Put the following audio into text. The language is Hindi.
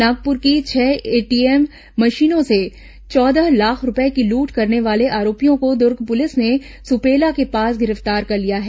नागपुर की छह एटीएम मशीनों से चौदह लाख रूपये की लूट करने वाले आरोपियों को दुर्ग पुलिस ने सुपेला के पास गिरफ्तार कर लिया है